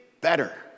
better